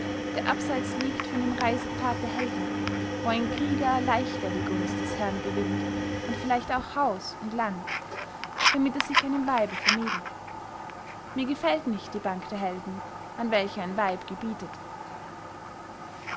der abseit liegt von dem reisepfad der helden wo ein krieger leichter die gunst des herrn gewinnt und vielleicht auch haus und land damit er sich einem weibe vermähle mir gefällt nicht die bank der helden an welcher ein weib gebietet